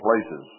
places